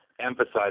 emphasize